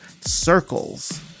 circles